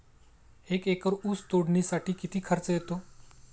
एक एकर ऊस तोडणीसाठी किती खर्च येतो?